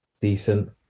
decent